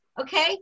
Okay